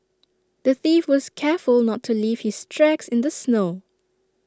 the thief was careful not to leave his tracks in the snow